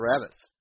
rabbits